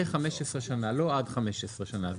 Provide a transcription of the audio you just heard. ל-15 שנים לא עד 15 שנים.